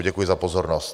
Děkuji za pozornost.